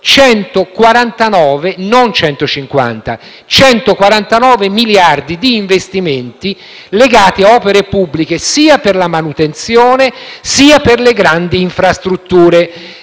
149 miliardi (non 150) di investimenti legati a opere pubbliche, sia per la manutenzione, sia per le grandi infrastrutture.